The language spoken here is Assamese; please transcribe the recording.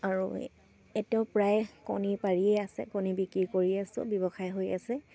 আৰু এতিয়াও প্ৰায় কণী পাৰিয়ে আছে কণী বিক্ৰী কৰি আছো ব্যৱসায় হৈ আছে